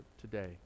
today